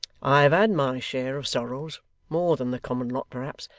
i have had my share of sorrows more than the common lot, perhaps,